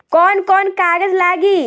कौन कौन कागज लागी?